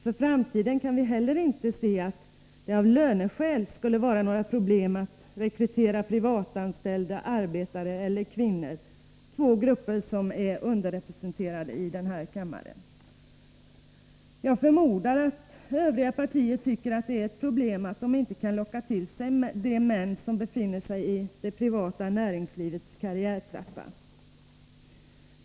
För framtiden kan vi heller inte se att det av löneskäl skulle vara några problem att rekrytera privatanställda arbetare eller kvinnor — två grupper som är underrepresenterade i den här kammaren. Jag förmodar att övriga partier tycker att det är ett problem att de inte kan locka till sig män som befinner sig i det privata näringslivets karriärtrappa.